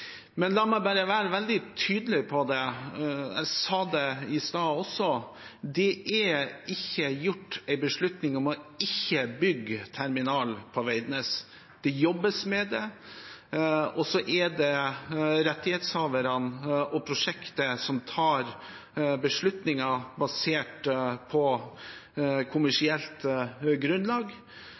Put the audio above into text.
Men la meg bare være veldig tydelig på det – og jeg sa det også i stad: Det er ikke gjort en beslutning om ikke å bygge terminal på Veidnes. Det jobbes med det, og så er det rettighetshaverne og prosjektet som tar beslutninger basert på kommersielt grunnlag.